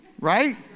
right